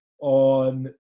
on